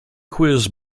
quiz